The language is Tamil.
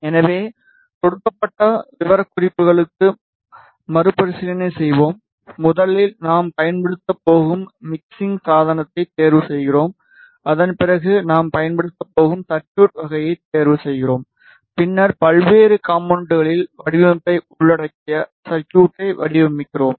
எனவே கொடுக்கப்பட்ட விவரக்குறிப்புகளுக்கு மறுபரிசீலனை செய்வோம் முதலில் நாம் பயன்படுத்தப் போகும் மிக்ஸிங் சாதனத்தைத் தேர்வுசெய்கிறோம் அதன் பிறகு நாம் பயன்படுத்தப் போகும் சர்குய்ட் வகையைத் தேர்வுசெய்கிறோம் பின்னர் பல்வேறு காம்போனென்ட்களில் வடிவமைப்பை உள்ளடக்கிய சர்குய்ட்டை வடிவமைக்கிறோம்